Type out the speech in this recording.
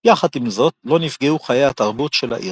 יחד עם זאת, לא נפגעו חיי התרבות של העיר.